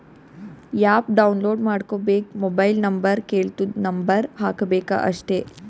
app download ಮಾಡ್ಕೋಬೇಕ್ mobile number ಕೆಳ್ತುದ್ number ಹಾಕಬೇಕ ಅಷ್ಟೇ